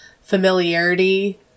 familiarity